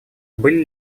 были